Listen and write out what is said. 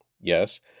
Yes